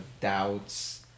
doubts